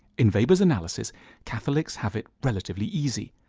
in weber's analysis catholics have it relatively easy.